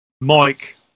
Mike